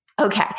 Okay